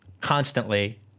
constantly